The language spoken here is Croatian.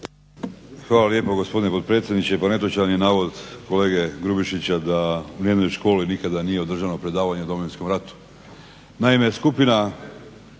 Hvala lijepo gospodine potpredsjedniče. Pa netočan je navod kolege Grubišića da u nijednoj školi nikada nije održano predavanje o Domovinskom ratu. Naime, skupina